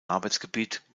arbeitsgebiet